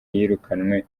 yirukanywe